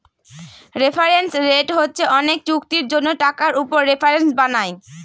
reference rate হচ্ছে অনেক চুক্তির জন্য টাকার উপর রেফারেন্স বানায়